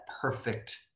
perfect